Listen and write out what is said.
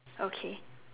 okay